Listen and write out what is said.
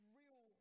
real